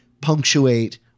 punctuate